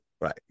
right